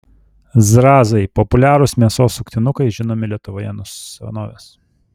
zrazai populiarūs mėsos suktinukai žinomi lietuvoje nuo senovės